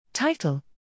Title